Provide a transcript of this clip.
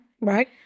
right